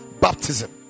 baptism